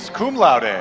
cum laude. and